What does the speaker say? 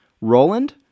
Roland